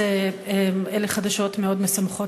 אלה חדשות מאוד משמחות,